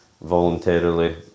voluntarily